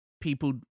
people